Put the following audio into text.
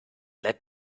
let